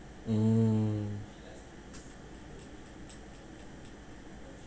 mm